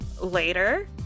later